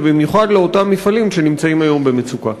ובמיוחד לאותם מפעלים שנמצאים היום במצוקה?